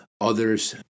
Others